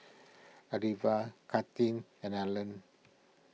Alivia Katelin and Allan